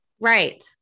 right